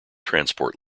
transport